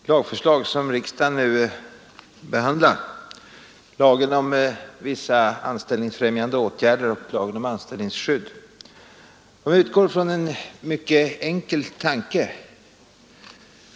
Herr talman! De två lagförslag som riksdagen nu behandlar — lagen om vissa anställningsfrämjande åtgärder och lagen om anställningsskydd — utgår från en mycket enkel tanke.